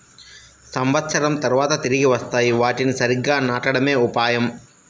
సంవత్సరం తర్వాత తిరిగి వస్తాయి, వాటిని సరిగ్గా నాటడమే ఉపాయం